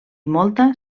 molta